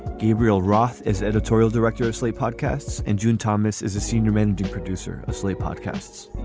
gabriel roth is editorial director of slate podcasts and june thomas is a senior managing producer of slate podcasts.